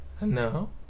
No